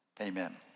Amen